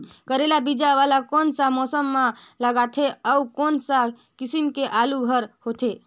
करेला बीजा वाला कोन सा मौसम म लगथे अउ कोन सा किसम के आलू हर होथे?